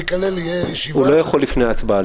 הוא ייכלל --- הוא לא יכול להיות אחרי ההצבעה.